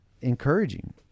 encouraging